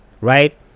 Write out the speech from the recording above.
right